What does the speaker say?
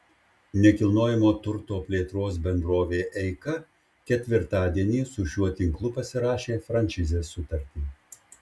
nekilnojamojo turto plėtros bendrovė eika ketvirtadienį su šiuo tinklu pasirašė franšizės sutartį